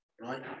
right